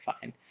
fine